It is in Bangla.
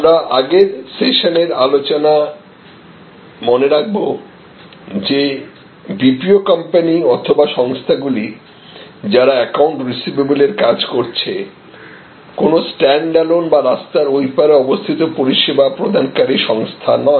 আমরা আগের সেশন এর আলোচনা মনে রাখবো যে BPO কোম্পানি অথবা সংস্থাগুলি যারা একাউন্ট রিসিভেবল এর কাজ করছে কোন স্ট্যান্ড অ্যালোন বা রাস্তার ওই পারে অবস্থিত পরিষেবা প্রদানকারী সংস্থা নয়